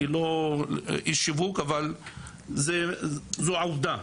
אני לא איש שיווק, אבל זו עובדה.